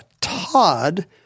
Todd